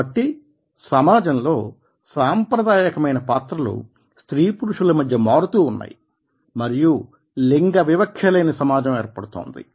కాబట్టి సమాజంలో సాంప్రదాయకమైన పాత్రలు స్త్రీ పురుషుల మధ్య మారుతూ ఉన్నాయి మరియు లింగ వివక్ష లేని సమాజం ఏర్పడుతోంది